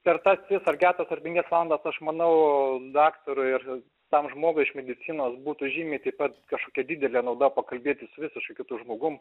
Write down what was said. per tas tris ar keturias ar penkias valandas aš manau daktarui ar tam žmogui iš medicinos būtų žymiai taip pat kažkokia didelė nauda pakalbėti su visiškai kitu žmogum